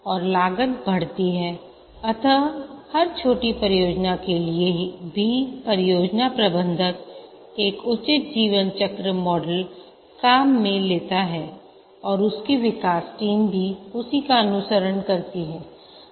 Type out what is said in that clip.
और लागत बढ़ती है अतः हर छोटी परियोजना के लिए भी परियोजना प्रबंधक एक उचित जीवन चक्र मॉडल काम में लेता है और उसकी विकास टीम भी उसी का अनुसरण करती है